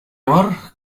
amor